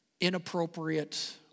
inappropriate